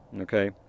Okay